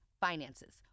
finances